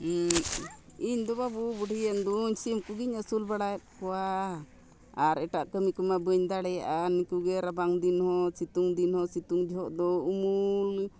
ᱤᱧᱫᱚ ᱵᱟᱹᱵᱩ ᱵᱩᱰᱷᱤᱭᱮᱱᱫᱩᱧ ᱥᱤᱢ ᱠᱚᱜᱮᱧ ᱟᱹᱥᱩᱞ ᱵᱟᱲᱟᱭᱮᱫ ᱠᱚᱣᱟ ᱟᱨ ᱮᱴᱟᱜ ᱠᱟᱹᱢᱤ ᱠᱚᱢᱟ ᱵᱟᱹᱧ ᱫᱟᱲᱮᱭᱟᱜᱼᱟ ᱱᱩᱠᱩᱜᱮ ᱨᱟᱵᱟᱝ ᱫᱤᱱᱦᱚᱸ ᱥᱤᱛᱩᱝ ᱫᱤᱱᱦᱚᱸ ᱥᱤᱛᱩᱝ ᱡᱚᱦᱚᱜ ᱫᱚ ᱩᱢᱩᱞ